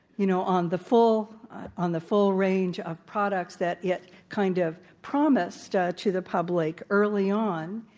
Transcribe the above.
you know, on the full on the full range of pro ducts that it kind of promised ah to the public early on,